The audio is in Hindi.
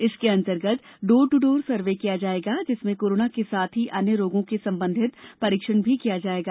इसके अंतर्गत डोर ट्र डोर सर्वे किया जाएगा जिसमें कोरोना के साथ ही अन्य रोगों से संबंधित परीक्षण भी किया जाएगा